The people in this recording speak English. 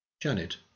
Janet